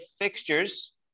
fixtures